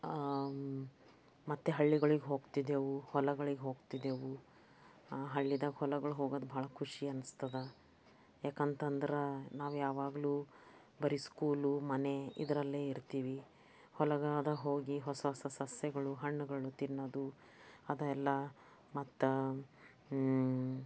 ಮತ್ತು ಹಳ್ಳಿಗಳಿಗೆ ಹೋಗ್ತಿದ್ದೆವು ಹೊಲಗಳಿಗೆ ಹೋಗ್ತಿದ್ದೆವು ಆ ಹಳ್ಳಿದಾಗ ಹೊಲಗಳು ಹೋಗೋದು ಭಾಳ ಖುಷಿ ಅನ್ನಿಸ್ತದೆ ಯಾಕಂತ ಅಂದ್ರೆ ನಾವು ಯಾವಾಗಲೂ ಬರೀ ಸ್ಕೂಲು ಮನೆ ಇದರಲ್ಲೇ ಇರ್ತೀವಿ ಹೊಲಗಾದ ಹೋಗಿ ಹೊಸ ಹೊಸ ಸಸ್ಯಗಳು ಹಣ್ಣುಗಳು ತಿನ್ನೋದು ಅದೆಲ್ಲ ಮತ್ತು